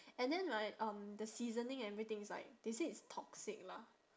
and then right um the seasoning everything is like they said it's toxic lah